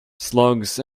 slugs